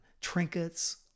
trinkets